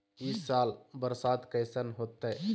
ई साल बरसात कैसन होतय?